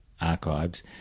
archives